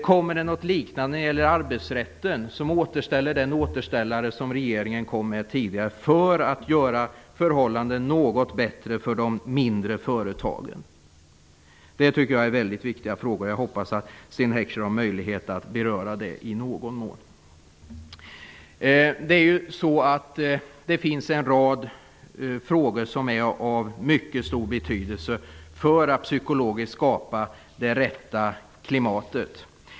Kommer det något liknande när det gäller arbetsrätten, som återställer den återställare som regeringen kom med tidigare, för att göra förhållandena något bättre för de mindre företagen? Det tycker jag är väldigt viktiga frågor. Jag hoppas att Sten Heckscher har möjlighet att beröra dem i någon mån. Det finns en rad frågor som är av mycket stor betydelse för att psykologiskt skapa det rätta klimatet.